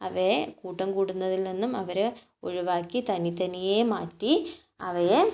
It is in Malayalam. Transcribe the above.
അവയെ കൂട്ടം കൂടുന്നതിൽ നിന്ന് അവർ ഒഴിവാക്കി തനി തനിയെ മാറ്റി അവയെ